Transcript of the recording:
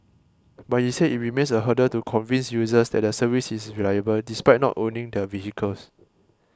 but he said it remains a hurdle to convince users that the service is reliable despite not owning the vehicles